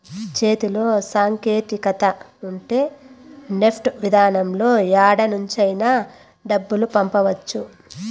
చేతిలో సాంకేతికత ఉంటే నెఫ్ట్ విధానంలో యాడ నుంచైనా డబ్బులు పంపవచ్చు